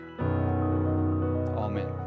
Amen